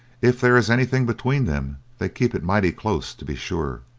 if there is anything between them, they keep it mighty close to be sure